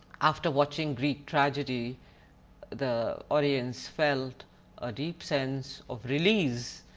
after watching greek tragedy the audience felt a deep sense of release,